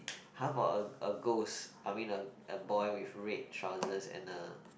how about a a ghost I mean a a boy with red trousers and a